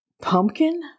pumpkin